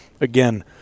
again